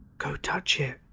go touch it.